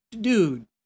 dude